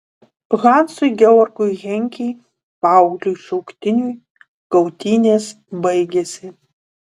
hansui georgui henkei paaugliui šauktiniui kautynės baigėsi